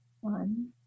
one